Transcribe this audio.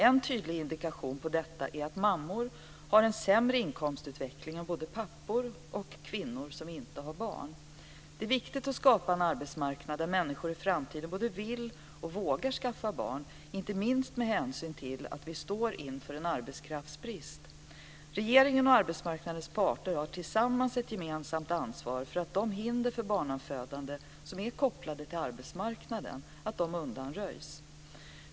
En tydlig indikation på dessa brister är att mammor har en sämre inkomstutveckling än både pappor och kvinnor som inte har barn. Det är viktigt att skapa en arbetsmarknad där människor i framtiden både vill och vågar skaffa barn, inte minst med hänsyn till att vi står inför en arbetskraftsbrist. Regeringen och arbetsmarknadens parter har tillsammans ett gemensamt ansvar för att de hinder för barnafödande som är kopplade till arbetsmarknaden undanröjs.